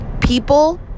People